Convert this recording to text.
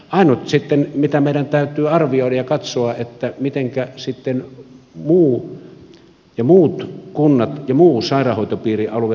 ainut mitä meidän täytyy arvioida ja katsoa on se miten sitten muut kunnat ja muu sairaanhoitopiirialue hoidetaan